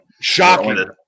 shocking